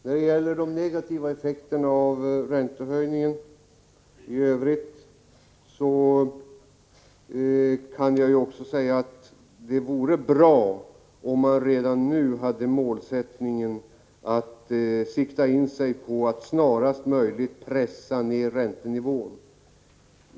När det gäller de negativa effekterna i övrigt av räntehöjningen kan jag också säga att det vore bra om man redan nu hade målsättningen att sikta in sig på att snarast möjligt pressa ned räntenivån.